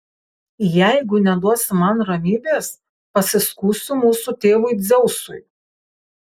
jeigu neduosi man ramybės pasiskųsiu mūsų tėvui dzeusui